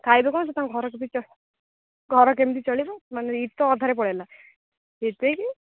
ଖାଇବେ କ'ଣ ସେ ତାଙ୍କ ଘରକୁ ବି ଘର କେମିତି ଚଳିବ ମାନେ ଏଇଠି ତ ଅଧାରେ ପଳାଇଲା କି